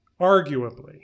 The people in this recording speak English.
arguably